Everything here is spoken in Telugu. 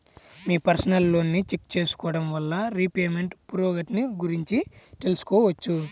మీ పర్సనల్ లోన్ని చెక్ చేసుకోడం వల్ల రీపేమెంట్ పురోగతిని గురించి తెలుసుకోవచ్చు